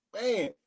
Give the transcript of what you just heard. man